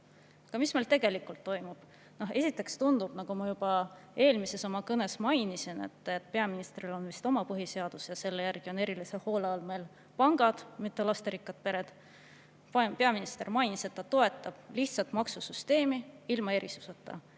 Aga mis meil tegelikult toimub? Tundub, nagu ma juba oma eelmises kõnes mainisin, et peaministril on oma põhiseadus, ja selle järgi on erilise hoole all meil pangad, mitte lasterikkad pered. Peaminister mainis, et ta toetab lihtsat maksusüsteemi ilma erisusteta.